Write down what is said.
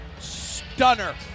stunner